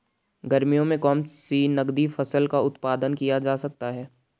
गर्मियों में कौन सी नगदी फसल का उत्पादन किया जा सकता है?